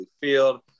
Field